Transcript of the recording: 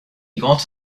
got